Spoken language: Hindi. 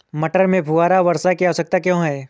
मटर में फुहारा वर्षा की आवश्यकता क्यो है?